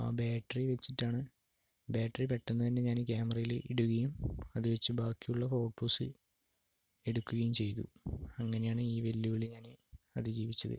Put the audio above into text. ആ ബാറ്ററി വച്ചിട്ടാണ് ബാറ്ററി പെട്ടെന്നുതന്നെ ഞാൻ ക്യാമറയിൽ ഇടുകയും അത് വച്ചു ബാക്കിയുള്ള ഫോട്ടോസ് എടുക്കുകയും ചെയ്തു അങ്ങനെയാണ് ഈ വെല്ലുവിളി ഞാൻ അതിജീവിച്ചത്